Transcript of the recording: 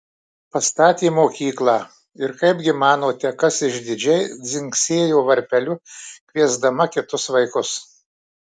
pastatė mokyklą ir kaipgi manote kas išdidžiai dzingsėjo varpeliu kviesdama kitus vaikus